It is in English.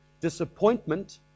Disappointment